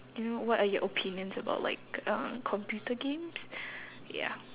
you know what are your opinions about like uh computer games ya